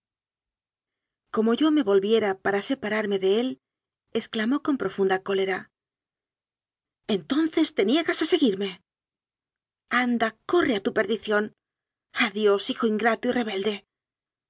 como yo me volviera para separarme de él ex clamó con profunda cólera entonces te niegas a seguirme anda corre a tu perdición adiós hijo ingrato y rebelde